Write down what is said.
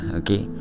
okay